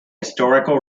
historical